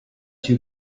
two